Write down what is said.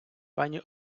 пані